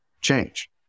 change